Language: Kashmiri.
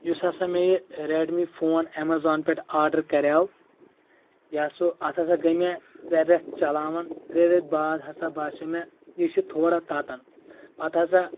یُس ہسا مےٚ یہِ ریڈمی فون اؠمزان پؠٹھ آرڈر کریو یہِ ہسا اتھ ہسا گٔے مےٚ ترٛےٚ رؠتھ چلاوان ترٛےٚ رؠتھ بعد ہسا باسیٚو مےٚ یہِ چھِ تھوڑا تتان پتہٕ ہسا